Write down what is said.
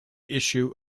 issue